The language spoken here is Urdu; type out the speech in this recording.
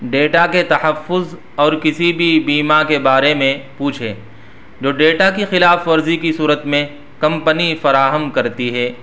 ڈیٹا کے تحفظ اور کسی بھی بیمہ کے بارے میں پوچھیں جو ڈیٹا کی خلاف ورزی کی صورت میں کمپنی فراہم کرتی ہے